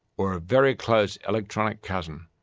or a very close electronic cousin,